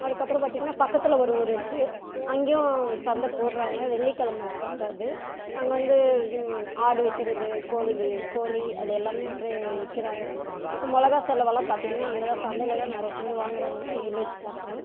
அதுக்கப்புறம் பார்த்திங்கன்னா பக்கத்தில் ஒரு ஊர் இருக்கு அங்கேயும் சந்தை போடுகிறாங்க வெள்ளிக்கெழமை சந்தை அது அங்கே வந்து ஆடு விக்கிறது கோழி கோழி அது எல்லாம் அப்படியே விக்கிறாங்க மிளகா செலவெல்லாம் பார்த்திங்கன்னா அங்கேதான் சந்தையில் தான் நிறையா பேர் வாங்குறாங்க இவங்க வில்லேஜ்காரங்க